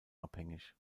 abhängig